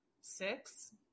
six